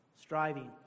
striving